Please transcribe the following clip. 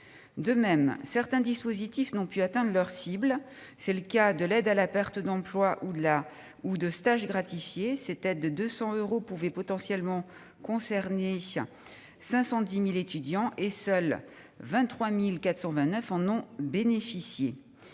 De même, certains dispositifs n'ont pu atteindre leur cible. C'est le cas de l'aide à la perte d'emploi ou de stage gratifié. Cette aide de 200 euros pouvait potentiellement concerner 510 000 étudiants ; seuls 23 429 en ont bénéficié.